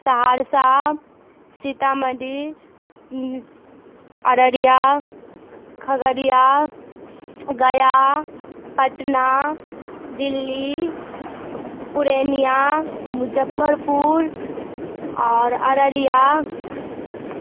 سہرسہ سیتا مڑھی ارریا کھگڑیا گیا پٹنہ دہلی پورنیا مظفرپور اور ارریا